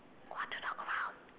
what to talk about